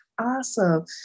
awesome